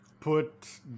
put